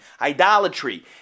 idolatry